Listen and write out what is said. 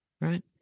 Right